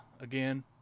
again